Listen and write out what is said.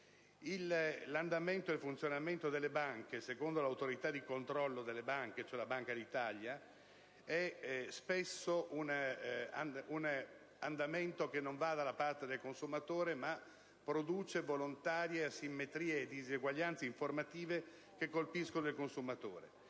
L'andamento e il funzionamento delle banche, secondo l'Autorità di controllo delle banche, cioè la Banca d'Italia, registra spesso un andamento che non va dalla parte del consumatore ma produce volontarie asimmetrie e disuguaglianze informative che colpiscono il consumatore.